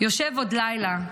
"יושב עוד לילה,